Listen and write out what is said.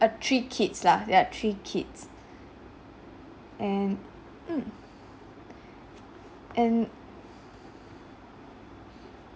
err three kids lah yup three kids and mm and